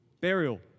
burial